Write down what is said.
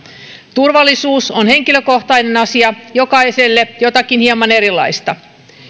turvallisuus on henkilökohtainen asia jokaiselle jotakin hieman erilaista